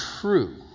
true